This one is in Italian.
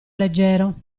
leggero